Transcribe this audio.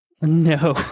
No